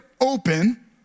open